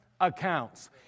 accounts